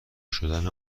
شدن